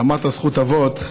אמרת זכות אבות,